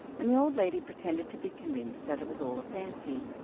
and the old lady pretended to be convinced that it was all a fancy.